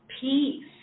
peace